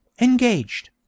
engaged